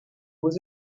with